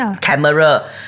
Camera